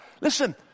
Listen